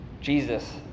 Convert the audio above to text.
Jesus